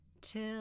Till